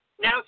now